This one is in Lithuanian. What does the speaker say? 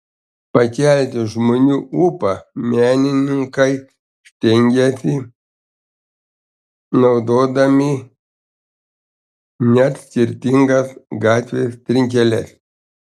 pakelti žmonių ūpą menininkai stengiasi naudodami net skirtingas gatvės trinkeles